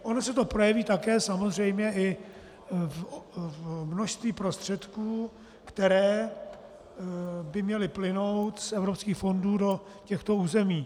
Ono se to projeví také samozřejmě i v množství prostředků, které by měly plynout z evropských fondů do těchto území.